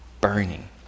burning